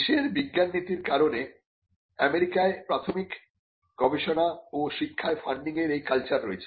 দেশের বিজ্ঞান নীতির কারণে আমেরিকায় প্রাথমিক গবেষণা ও শিক্ষায় ফান্ডিংয়ের এই কালচার রয়েছে